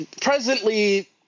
presently